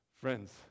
friends